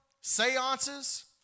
seances